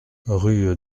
rue